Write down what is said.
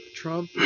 trump